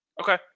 Okay